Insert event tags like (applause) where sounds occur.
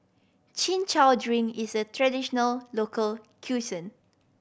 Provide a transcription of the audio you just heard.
Chin Chow drink is a traditional local (unintelligible)